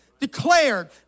declared